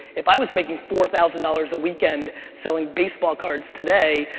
if i was making four thousand dollars a weekend selling baseball cards today,